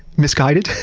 misguided.